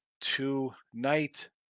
tonight